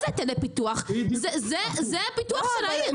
היטלי פיתוח זה הפיתוח של העיר.